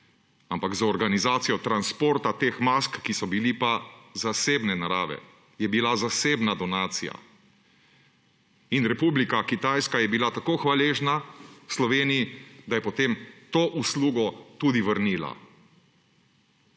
ampak z organizacijo transporta teh mask, ki so bile pa zasebne narave, je bila zasebna donacija. Republika Kitajska je bila tako hvaležna Sloveniji, da je potem to uslugo tudi vrnila.